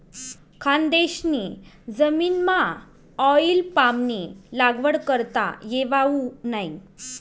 खानदेशनी जमीनमाऑईल पामनी लागवड करता येवावू नै